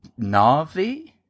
Na'vi